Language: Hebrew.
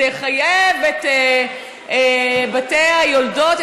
זה יחייב את בתי היולדות,